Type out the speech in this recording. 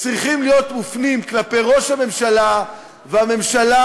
צריכים להיות מופנים כלפי ראש הממשלה, והממשלה,